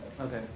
Okay